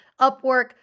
Upwork